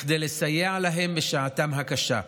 כדי לסייע להם בשעתם הקשה,